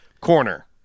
corner